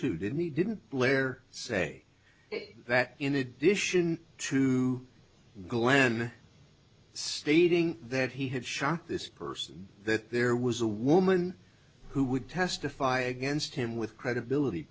and he didn't blair say it that in addition to glen stating that he had shot this person that there was a woman who would testify against him with credibility